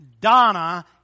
Donna